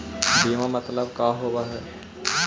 बीमा मतलब का होव हइ?